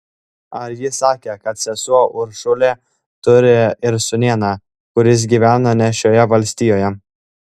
ar ji sakė kad sesuo uršulė turi ir sūnėną kuris gyvena ne šioje valstijoje